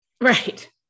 right